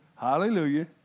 Hallelujah